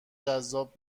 جذاب